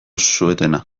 suetena